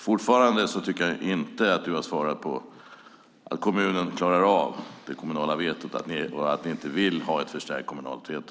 Fortfarande tycker jag inte att du har svarat att du tror på att kommunen klarar av det kommunala vetot och att ni inte vill ha ett förstärkt kommunalt veto.